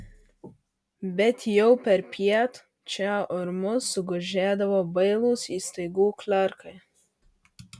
bet jau perpiet čia urmu sugužėdavo bailūs įstaigų klerkai